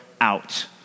out